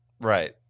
Right